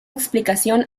explicación